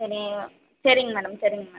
சரி சரிங்க மேடம் சரிங்க மேடம்